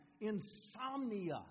insomnia